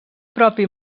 propi